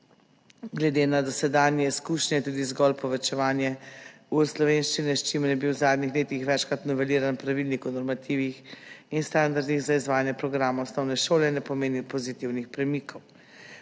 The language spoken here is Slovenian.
Glede na dosedanje izkušnje tudi zgolj povečevanje ur slovenščine, s čimer je bil v zadnjih letih večkrat noveliran Pravilnik o normativih in standardih za izvajanje programa osnovne šole, ne pomeni pozitivnih premikov.